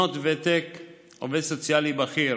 שנות ותק, עובד סוציאלי בכיר